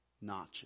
notches